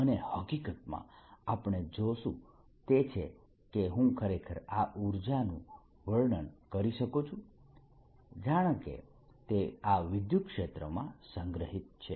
અને હકીકતમાં આપણે જોશું તે છે કે હું ખરેખર આ ઉર્જાનું વર્ણન કરી શકું છું જાણે કે તે આ વિદ્યુતક્ષેત્રમાં સંગ્રહિત છે